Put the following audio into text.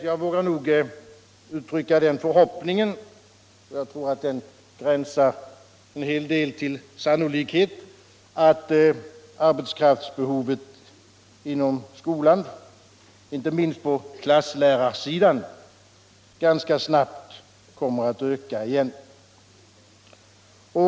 Jag vågar väl uttrycka den förhoppningen, som sannolikt är berättigad, att arbetskraftsbehovet inom skolan, inte minst på klasslärarsidan, ganska snart kommer att öka igen.